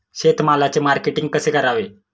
शेतमालाचे मार्केटिंग कसे करावे?